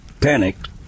Panicked